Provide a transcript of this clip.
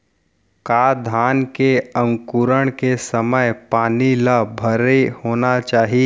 का धान के अंकुरण के समय पानी ल भरे होना चाही?